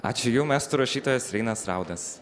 ačiū jum estų rašytojas reinas raudas